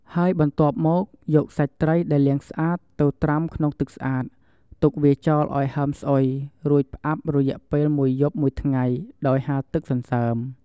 ហើយបន្ទាប់មកយកសាច់ត្រីដែលលាងស្អាត ទៅត្រាំក្នុងទឹកស្អាត ទុកវាចោលឱ្យហើមស្អុយ រួចផ្អាប់រយៈពេលមួយយប់មួយថ្ងៃ ដោយហាលទឹកសន្សើម។